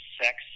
sex